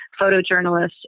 photojournalists